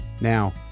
Now